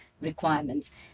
requirements